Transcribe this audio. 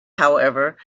however